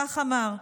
כך אמר,